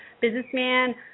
businessman